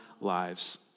lives